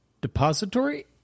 depository